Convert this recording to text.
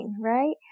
right